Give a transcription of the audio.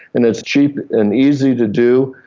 and it's cheap and easy to do.